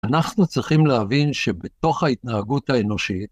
אנחנו צריכים להבין שבתוך ההתנהגות האנושית...